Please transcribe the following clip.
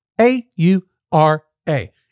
A-U-R-A